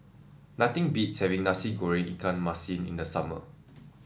nothing beats having Nasi Goreng Ikan Masin in the summer